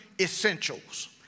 essentials